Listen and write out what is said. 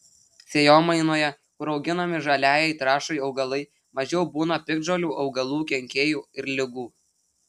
sėjomainoje kur auginami žaliajai trąšai augalai mažiau būna piktžolių augalų kenkėjų ir ligų